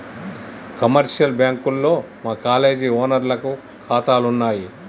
commercial బ్యాంకుల్లో మా college ఓనర్లకి కాతాలున్నయి